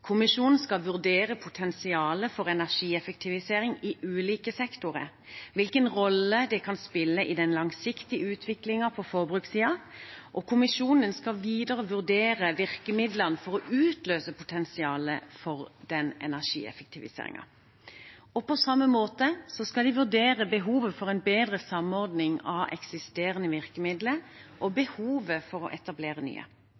Kommisjonen skal vurdere potensialet for energieffektivisering i ulike sektorer, hvilken rolle det kan spille i den langsiktige utviklingen på forbrukssiden, og kommisjonen skal videre vurdere virkemidlene for å utløse potensialet for den energieffektiviseringen. På samme måte skal de vurdere behovet for en bedre samordning av eksisterende virkemidler og behovet for å etablere nye.